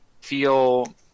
feel